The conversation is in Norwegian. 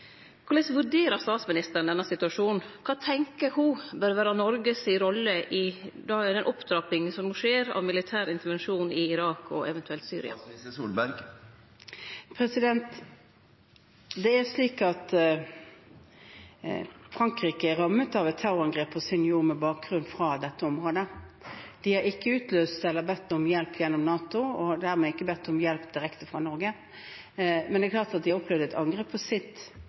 vurderer statsministeren denne situasjonen? Kva tenkjer ho bør vere Noreg si rolle i denne opptrappinga av militær intervensjon som no skjer i Irak og eventuelt Syria? Det er slik at Frankrike er rammet av et terrorangrep på egen jord med bakgrunn fra dette området. De har ikke bedt om hjelp fra NATO og heller ikke bedt om hjelp direkte fra Norge. Men det er klart at de har opplevd et angrep på sitt